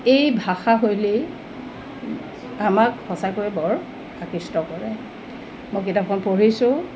এই ভাষা শৈলী আমাক সঁচাকৈ বৰ আকৃষ্ট কৰে মই কিতাপখন পঢ়িছোঁ